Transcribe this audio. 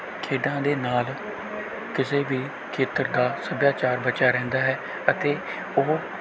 ਖੇਡਾਂ ਦੇ ਨਾਲ ਕਿਸੇ ਵੀ ਖੇਤਰ ਦਾ ਸੱਭਿਆਚਾਰ ਬਚਿਆ ਰਹਿੰਦਾ ਹੈ ਅਤੇ ਉਹ